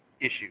issue